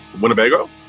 Winnebago